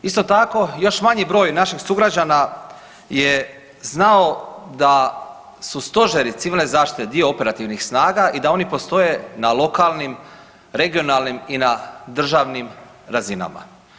Isto tako, još manji broj naših sugrađana je znao da su stožeri civilne zaštite dio operativnih snaga i da oni postoje na lokalnim, regionalnim i na državnim razinama.